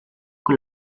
con